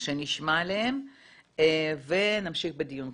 שנשמע עליהן ונמשיך בדיון.